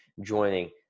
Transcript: joining